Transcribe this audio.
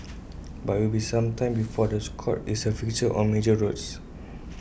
but IT will be some time before the Scot is A fixture on major roads